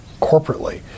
corporately